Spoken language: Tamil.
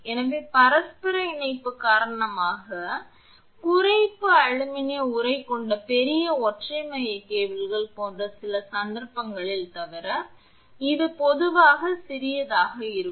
எனவே பரஸ்பர இணைப்பு காரணமாக குறைப்பு அலுமினிய உறை கொண்ட பெரிய ஒற்றை மைய கேபிள்கள் போன்ற சில சந்தர்ப்பங்களில் தவிர இது பொதுவாக சிறியதாக இருக்கும்